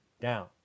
down